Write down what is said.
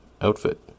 outfit